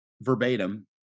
verbatim